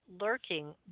lurking